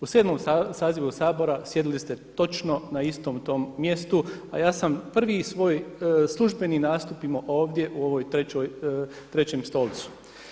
U 7. sazivu Sabora sjedili ste točno na istom tom mjestu a ja sam prvi svoj službeni nastup imao ovdje u ovom trećem stolcu.